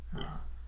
Yes